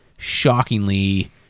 shockingly